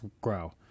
grow